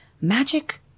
magic